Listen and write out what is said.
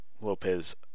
Lopez